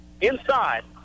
Inside